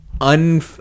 un